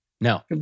no